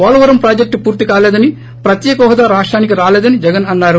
Polavaram project పూర్తి కాలేదని ప్రత్యేక హోదా రాష్టానికి రాలేదని జగన్ అన్నారు